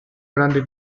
grande